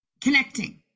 Connecting